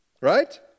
Right